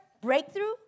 breakthrough